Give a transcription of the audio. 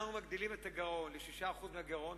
אנחנו מגדילים את הגירעון ל-6% מהגירעון,